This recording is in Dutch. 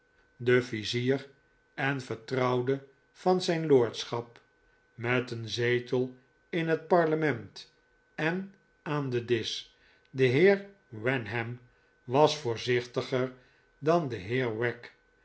de vizier en vertrouwde van zijn lordschap met een zetel in het parlement en aan den disch de heer wenham was voorzichtiger dan de heer